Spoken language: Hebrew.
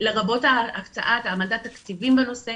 לרבות העמדת תקציבים לנושא,